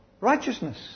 righteousness